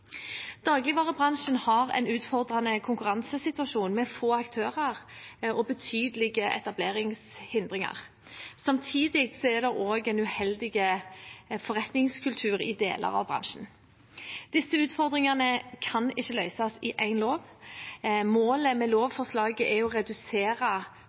Dagligvarebransjen har en utfordrende konkurransesituasjon, med få aktører og betydelige etableringshindringer. Samtidig er det en uheldig forretningskultur i deler av bransjen. Disse utfordringene kan ikke løses i én lov. Målet med